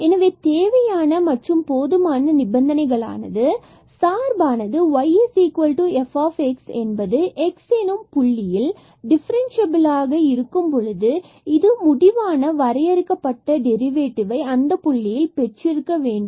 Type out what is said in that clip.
எனவே தேவையான மற்றும் போதுமான நிபந்தனைகள் ஆனது சார்பானது y f x எனும் புள்ளியில் டிஃபரண்ட்சியபிலாக இருக்கும் பொழுது இது முடிவான வரையறுக்கப்பட்ட டெரிவேட்டிவ் ஐ அந்த புள்ளியில் பெற்றிருக்க வேண்டும்